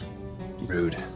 rude